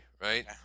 right